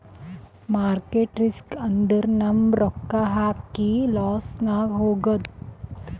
market risk ಅಂದುರ್ ನಮ್ ರೊಕ್ಕಾ ಹಾಕಿ ಲಾಸ್ನಾಗ್ ಹೋಗದ್